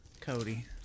Cody